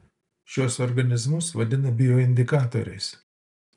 šiuos organizmus vadina bioindikatoriais